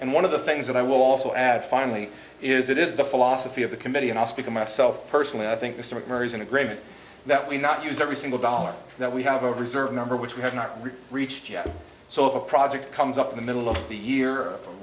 and one of the things that i will also add finally is it is the philosophy of the committee and i speak of myself personally i think this to mcmurdo an agreement that we not use every single dollar that we have a reserve member which we have not really reached yet so if a project comes up in the middle of the year